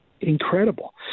incredible